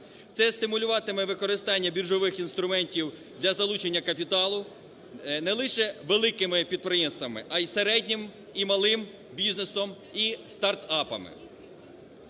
Це стимулюватиме використання біржових інструментів для залучення капіталу не лише великими підприємствами, а й середнім і малим бізнесом і стартапами,